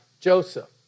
Joseph